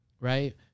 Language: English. right